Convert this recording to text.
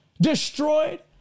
destroyed